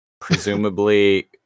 Presumably